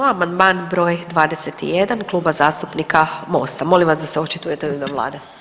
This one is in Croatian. Amandman br. 21 Kluba zastupnika Mosta, molim vas da se očitujete u ime Vlade.